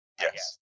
yes